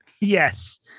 yes